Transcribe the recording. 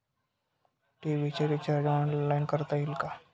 TV चे recharge online करता येईल का?